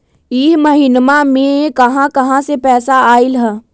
इह महिनमा मे कहा कहा से पैसा आईल ह?